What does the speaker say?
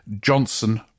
Johnson